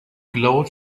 glowed